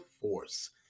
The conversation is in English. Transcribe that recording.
force